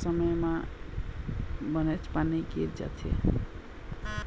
समे म बनेच पानी गिर जाथे